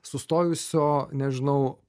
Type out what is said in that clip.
sustojusio nežinau